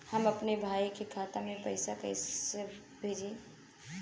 हम अपने भईया के खाता में पैसा कईसे भेजी?